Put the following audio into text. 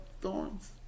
thorns